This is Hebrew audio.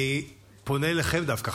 אני פונה אליכם דווקא.